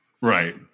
right